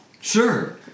Sure